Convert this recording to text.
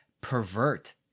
pervert